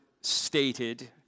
stated